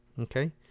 Okay